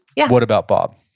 yeah what about bob.